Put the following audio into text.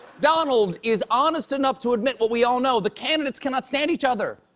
donald is honest enough to admit what we all know the candidates cannot stand each other.